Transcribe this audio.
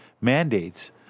mandates